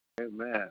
amen